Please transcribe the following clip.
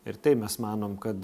ir tai mes manom kad